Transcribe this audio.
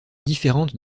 différente